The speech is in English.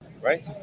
right